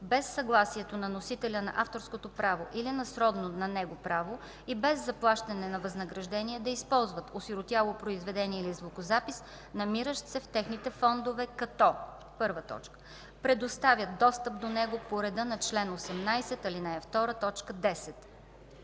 без съгласието на носителя на авторското право или на сродно на него право и без заплащане на възнаграждение да използват осиротяло произведение или звукозапис, намиращи се в техните фондове, като: 1. предоставят достъп до него по реда на чл. 18, ал. 2, т. 10;